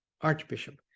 archbishop